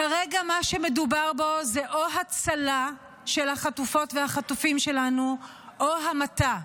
כרגע מה שמדובר בו זה או הצלה של החטופות והחטופים שלנו או המתה.